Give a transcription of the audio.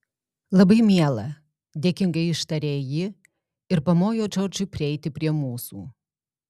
labai miela dėkingai ištarė ji ir pamojo džordžui prieiti prie mūsų